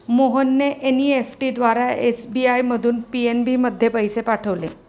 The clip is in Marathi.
मोहनने एन.ई.एफ.टी द्वारा एस.बी.आय मधून पी.एन.बी मध्ये पैसे पाठवले